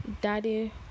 daddy